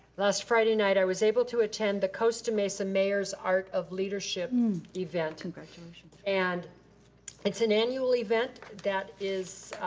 last friday night i was able to attend the costa-mesa mayor's art of leadership um event. and and it's an annual event that is